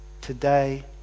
today